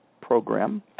program